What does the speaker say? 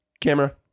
Camera